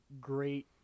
great